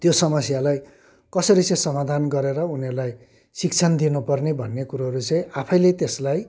त्यो समस्यालाई कसरी चाहिँ समाधान गरेर उनीहरूलाई शिक्षण दिनु पर्ने भन्ने कुरो चाहिँ आफैले त्यसलाई